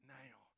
now